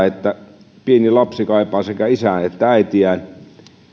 että pieni lapsi kaipaa sekä isäänsä että äitiään